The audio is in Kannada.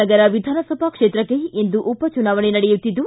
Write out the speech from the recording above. ನಗರ ವಿಧಾನಸಭಾ ಕ್ಷೇತ್ರಕ್ಷೆ ಇಂದು ಉಪಚುನಾವಣೆ ನಡೆಯುತ್ತಿದ್ದು